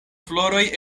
floroj